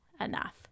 enough